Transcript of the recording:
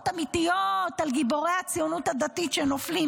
אמיתיות על גיבורי הציונות הדתית שנופלים,